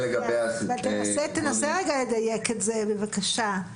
תנסה לדייק את זה, בבקשה,